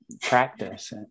practice